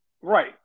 Right